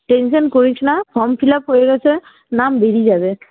tension করিসনা form fill up হয়ে গেছে নাম বেরিয়ে যাবে